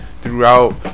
throughout